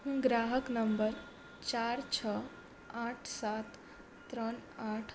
હું ગ્રાહક નંબર ચાર છ આઠ સાત ત્રણ આઠ